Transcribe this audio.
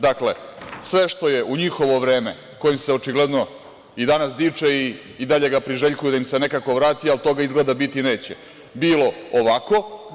Dakle, sve što je u njihovo vreme, kojim se očigledno i danas diče i dalje ga priželjkuju da im se nekako vrati, ali toga, izgleda, biti neće, bilo ovako.